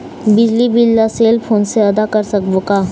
बिजली बिल ला cell phone से आदा कर सकबो का?